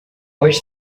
wish